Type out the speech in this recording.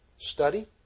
study